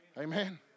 Amen